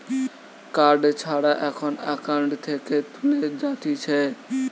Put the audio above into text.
card ছাড়া এখন account থেকে তুলে যাতিছে